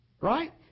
right